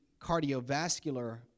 cardiovascular